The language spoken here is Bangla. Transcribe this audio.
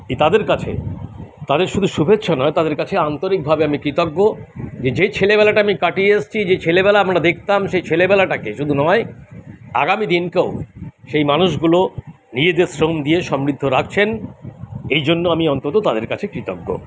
এই তাদের কাছে তাদের শুধু শুভেচ্ছা নয় তাদের কাছে আন্তরিকভাবে আমি কৃতজ্ঞ যে যে ছেলেবেলাটা আমি কাটিয়ে এসেছি যে ছেলেবেলা আমরা দেখতাম সেই ছেলেবেলাটাকে শুধু নয় আগামী দিনকেও সেই মানুষগুলো নিজেদের শ্রম দিয়ে সমৃদ্ধ রাখছেন এই জন্য আমি অন্তত তাদের কাছে কৃতজ্ঞ